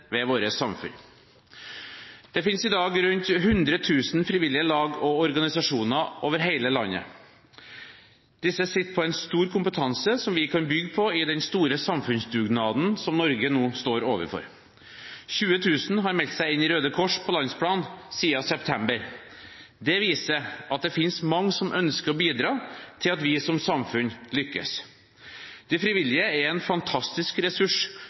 ved vårt samfunn. Det finnes i dag rundt 100 000 frivillige lag og organisasjoner over hele landet. Disse sitter på en stor kompetanse, som vi kan bygge på i den store samfunnsdugnaden som Norge nå står overfor. 20 000 har meldt seg inn i Røde Kors på landsplan siden september. Det viser at det finnes mange som ønsker å bidra til at vi som samfunn lykkes. De frivillige er en fantastisk ressurs